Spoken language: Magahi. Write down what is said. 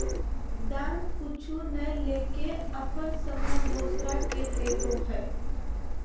दान कुछु नय लेके अपन सामान दोसरा के देदो हइ